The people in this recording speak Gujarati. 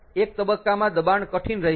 એક તબક્કામાં દબાણ કઠિન રહેશે